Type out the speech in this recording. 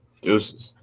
Deuces